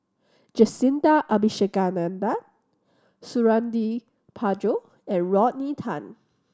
Jacintha Abisheganaden Suradi Parjo and Rodney Tan